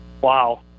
Wow